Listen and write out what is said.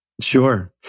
Sure